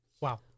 Wow